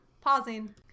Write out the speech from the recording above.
Pausing